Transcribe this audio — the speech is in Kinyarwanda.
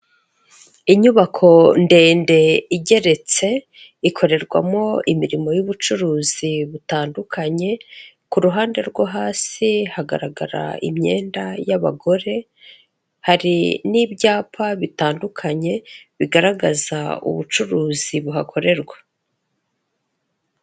Inyubako ndende igeretse ikorerwamo imirimo y'ubucuruzi butandukanye, ku ruhande rwo hasi hagaragara imyenda y'abagore, hari n'ibyapa bitandukanye bigaragaza ubucuruzi buhakorerwa.